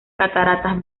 cataratas